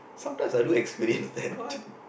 sometimes I do experience that